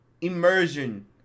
immersion